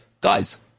guys